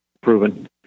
proven